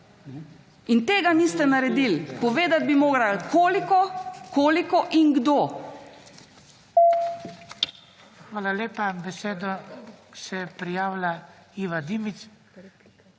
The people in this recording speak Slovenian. In tega niste naredili. Povedati bi morali koliko in kdo.